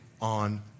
on